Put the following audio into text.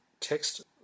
text